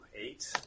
eight